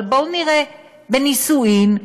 אבל בואו נראה: בנישואים,